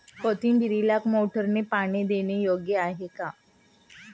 कोथिंबीरीला मोटारने पाणी देणे योग्य आहे का?